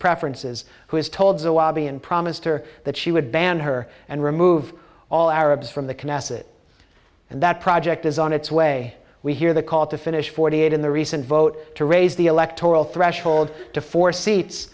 preferences who has told zoabi and promised her that she would ban her and remove all arabs from the knesset and that project is on its way we hear the call to finish forty eight in the recent vote to raise the electoral threshold to four seats